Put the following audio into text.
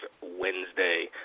Wednesday